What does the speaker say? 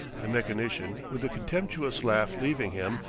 the mechanician, with a contemptuous laugh leaving him,